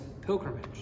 pilgrimage